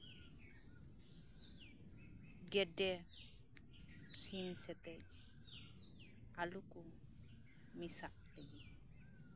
ᱜᱮᱰᱮ ᱥᱤᱢ ᱥᱟᱶᱛᱮ ᱟᱞᱚᱠᱚ ᱢᱮᱥᱟᱜ ᱛᱤᱧ